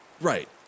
Right